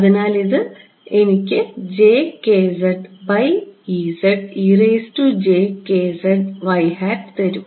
അതിനാൽ ഇത് എനിക്ക് തരും